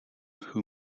who